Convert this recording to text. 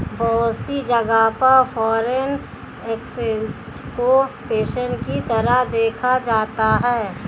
बहुत सी जगह पर फ़ोरेन एक्सचेंज को पेशे के तरह देखा जाता है